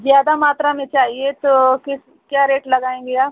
ज्यादा मात्रा में चाहिए तो किस क्या रेट लगाएँगी आप